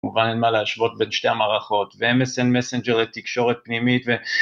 מובן אין מה להשוות בין שתי המערכות ואם אס אן מסנג'ר תקשורת פנימית